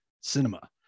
cinema